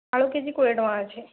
ଆଳୁ କେଜି କୋଡ଼ିଏ ଟଙ୍କା ଅଛି